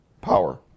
power